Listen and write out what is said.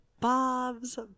Bob's